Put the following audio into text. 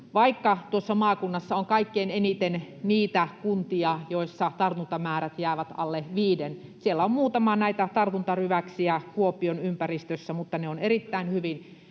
vaikka tuossa maakunnassa on kaikkein eniten niitä kuntia, joissa tartuntamäärät jäävät alle viiden. Siellä on muutama näitä tartuntaryväksiä Kuopion ympäristössä, mutta ne on erittäin hyvin